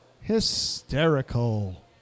Hysterical